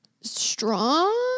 strong